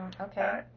Okay